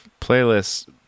playlists